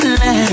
let